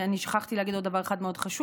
אני שכחתי להגיד עוד דבר מאוד חשוב,